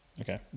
Okay